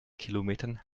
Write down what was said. kilometern